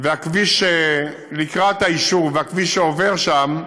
והכביש לקראת היישוב, הכביש שעובר שם,